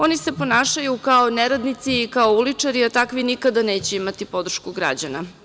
Oni se ponašaju kao neradnici i kao uličari, a takvi nikada neće imati podršku građana.